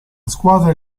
squadra